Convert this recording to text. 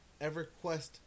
EverQuest